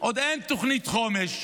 עוד אין תוכנית חומש,